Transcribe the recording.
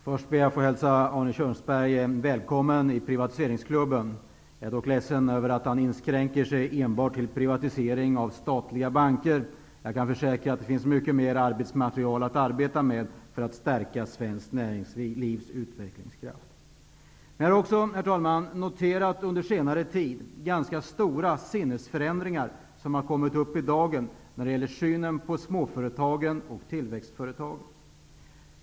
Herr talman! Först ber jag att få hälsa Arne Jag är ledsen att han inskränker sig till privatisering av enbart statliga banker. Jag kan försäkra att det finns mer material att arbeta med för att stärka utvecklingskraften i svenskt näringsliv. Herr talman! Jag har under senare tid noterat ganska stora sinnesförändringar när det gäller synen på småföretagen och tillväxtföretagen.